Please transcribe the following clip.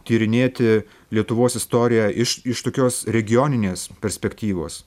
tyrinėti lietuvos istorija iš iš tokios regioninės perspektyvos